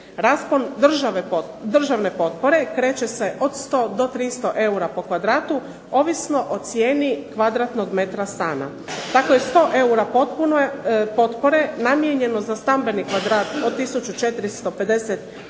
Raspon državne potpore kreće se od 100 do 300 eura po kvadratu, ovisno o cijeni kvadratnog metra stana. Tako je 100 eura potpore namijenjeno za stambeni kvadrat od tisuću